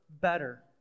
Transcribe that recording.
better